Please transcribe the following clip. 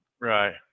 Right